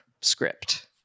script